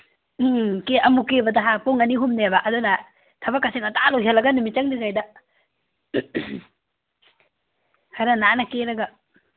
ꯎꯝ ꯑꯃꯨꯛ ꯀꯦꯕꯗ ꯍꯥ ꯄꯨꯡ ꯑꯅꯤ ꯑꯍꯨꯝꯅꯦꯕ ꯑꯗꯨꯅ ꯊꯕꯛꯀꯁꯦ ꯉꯟꯇꯥ ꯂꯣꯏꯁꯤꯜꯂꯒ ꯅꯨꯃꯤꯠ ꯆꯪꯗ꯭ꯔꯤꯉꯩꯗ ꯈꯔ ꯅꯥꯟꯅ ꯀꯦꯔꯒ